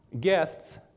guests